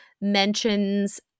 mentions